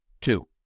two